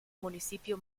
municipio